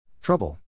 Trouble